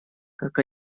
как